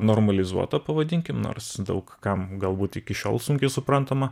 normalizuota pavadinkim nors daug kam galbūt iki šiol sunkiai suprantama